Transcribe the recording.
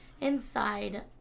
inside